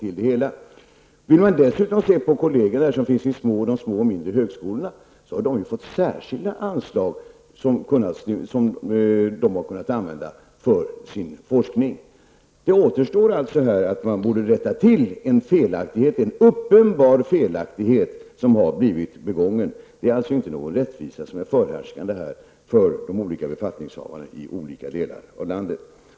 Kolleger vid de små och mindre högskolorna har fått särskilda anslag som de har kunnat använda för sin forskning. Det återstår alltså här att rätta till en uppenbar felaktighet som har blivit begången. Det är inte någon rättvisa som är förhärskande här för de olika befattningshavarna i olika delar av landet.